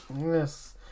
Yes